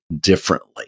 differently